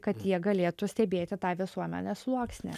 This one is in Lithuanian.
kad jie galėtų stebėti tą visuomenės sluoksnį